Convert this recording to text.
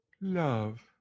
love